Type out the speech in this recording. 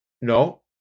No